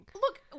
Look